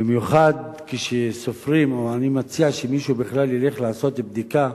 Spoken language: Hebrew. במיוחד כשסופרים אני מציע שמישהו ילך לעשות בדיקה